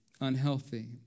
unhealthy